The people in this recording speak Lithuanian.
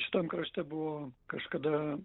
šitam krašte buvo kažkada